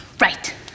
right